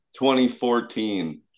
2014